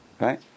right